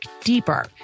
deeper